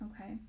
okay